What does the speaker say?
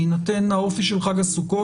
בהינתן האופי של חג הסוכות,